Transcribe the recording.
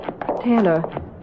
Taylor